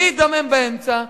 מי ידמם באמצע?